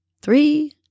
three